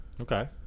Okay